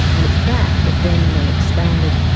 and it's that that then they expanded,